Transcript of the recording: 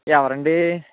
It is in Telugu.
ఎవరండి